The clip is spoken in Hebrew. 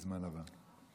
הזמן עבר.